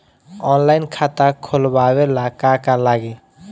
Online खाता खोलबाबे ला का का लागि?